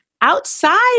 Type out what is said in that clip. outside